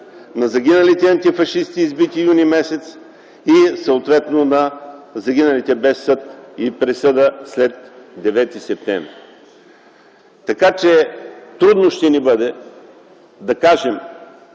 на загиналите антифашисти, избити през м. юни и съответно на загиналите без съд и присъда след 9 и септември. Така, че трудно ще ни бъде да кажем: